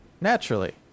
Naturally